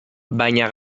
baina